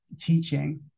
teaching